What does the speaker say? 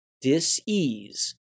Disease